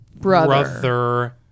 brother